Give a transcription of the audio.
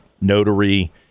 notary